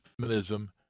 feminism